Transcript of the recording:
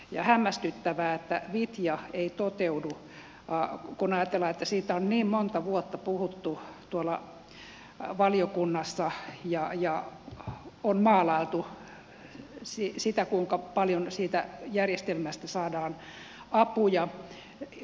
on hämmästyttävää että vitja ei toteudu kun ajatellaan että siitä on niin monta vuotta puhuttu tuolla valiokunnassa ja on maalailtu sitä kuinka paljon siitä järjestelmästä saadaan apuja käytännön työhön